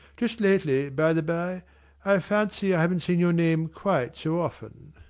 just lately, by-the-bye, i fancy i haven't seen your name quite so often.